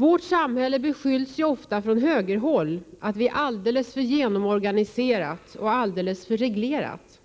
Vårt samhälle beskylls ju ofta från högerhåll för att det är alldeles för genomorganiserat och alldeles för reglerat.